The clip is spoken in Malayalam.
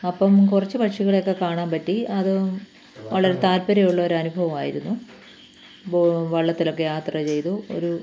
അപ്പം കുറച്ചു പക്ഷികളെയൊക്കെ കാണാൻ പറ്റി അത് വളരെ താത്പര്യവുള്ള ഒരു അനുഭവമായിരുന്നു വള്ളത്തിലൊക്കെ യാത്ര ചെയ്തു ഒരു